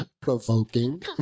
provoking